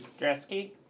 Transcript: Dresky